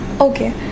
Okay